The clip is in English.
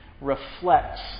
reflects